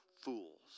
fools